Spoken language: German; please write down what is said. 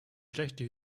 schlechte